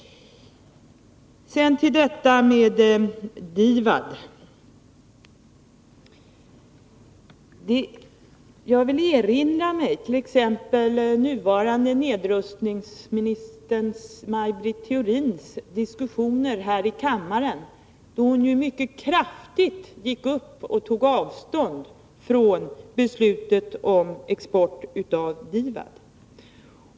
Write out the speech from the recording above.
Beträffande DIVAD: Jag erinrar mig när den nuvarande nedrustningsministern Maj Britt Theorin här i kammaren mycket kraftigt tog avstånd från beslutet om export av DIVAD.